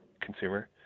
consumer